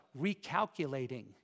recalculating